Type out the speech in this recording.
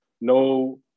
no